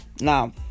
Now